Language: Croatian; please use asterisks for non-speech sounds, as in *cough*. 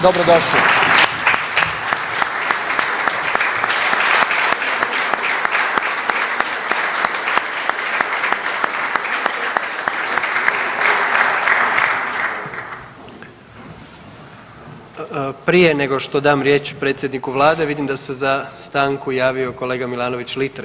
Dobrodošli. *applause* Prije nego što dam riječ predsjedniku Vlade, vidim da se za stanku javio kolega Milanović Litre.